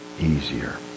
easier